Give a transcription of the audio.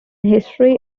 history